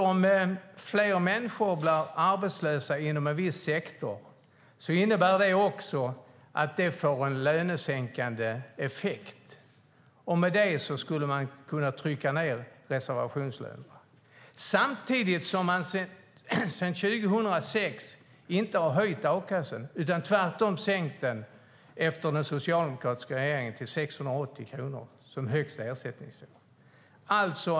Om fler människor blir arbetslösa inom en viss sektor innebär det också att det får en lönesänkande effekt. I och med det skulle man kunna trycka ned reservationslönerna. Samtidigt har man inte höjt a-kasseersättningen sedan 2006. Tvärtom har man sänkt den till 680 kronor som högsta ersättning.